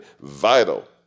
vital